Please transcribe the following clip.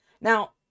Now